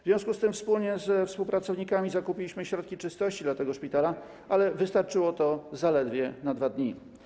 W związku z tym ze współpracownikami zakupiliśmy środki czystości dla tego szpitala, ale wystarczyło to zaledwie na 2 dni.